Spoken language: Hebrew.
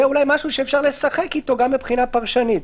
זה משהו שאפשר לשחק איתו גם מבחינה פרשנית.